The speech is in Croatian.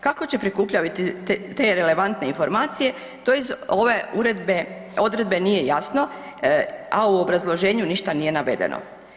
Kako će prikupljati te relevantne informacije, to iz ove odredbe nije jasno, a u obrazloženju ništa nije navedeno.